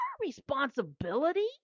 Responsibility